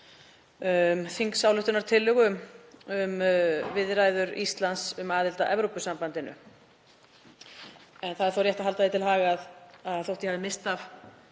þingsályktunartillögu um viðræður Íslands um aðild að Evrópusambandinu. En það er þó rétt að halda því til haga að þótt ég hafi misst af